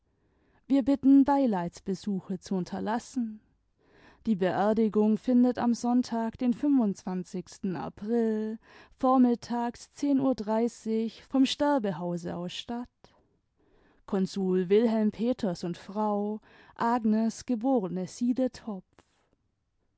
wir bitten beileidsbesuche zu unterlassen die beerdigung findet am sonntag den april vormittags uhr vom sterbehause aus statt konsul wilhelm peters und frau agnes geb